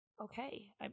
okay